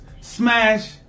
Smash